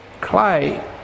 clay